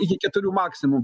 iki keturių maksimum